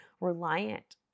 reliant